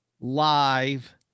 Live